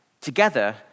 together